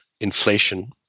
inflation